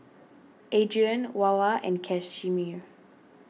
Adrien Wava and Casimir